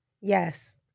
Yes